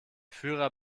führer